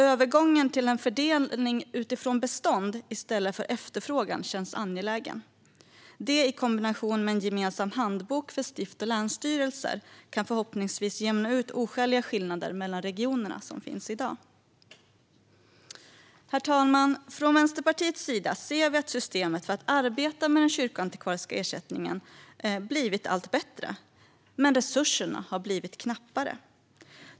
Övergången till en fördelning utifrån bestånd i stället för efterfrågan känns angelägen. Det i kombination med en gemensam handbok för stift och länsstyrelser kan förhoppningsvis jämna ut de oskäliga skillnader mellan regionerna som finns i dag. Herr talman! Från Vänsterpartiets sida ser vi att systemet för att arbeta med den kyrkoantikvariska ersättningen har blivit allt bättre men att resurserna har blivit knappare.